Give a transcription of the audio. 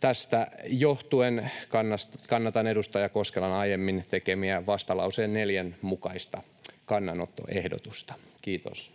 Tästä johtuen kannatan edustaja Koskelan aiemmin tekemää vastalauseen 4 mukaista kannanottoehdotusta. — Kiitos.